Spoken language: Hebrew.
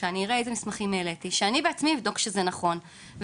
שאראה איזה מסמכים העליתי ואני עצמיי אבדוק שזה נכון,